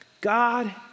God